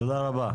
תודה רבה.